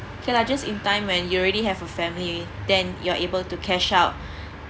okay lah just in time when you already have a family then you are able to cash out